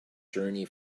journey